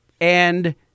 and-